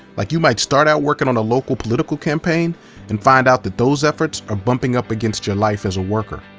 like you might start out working on a local political campaign and find out that those efforts are bumping up against your life as a worker.